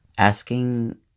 Asking